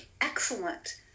excellent